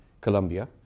Colombia